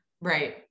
Right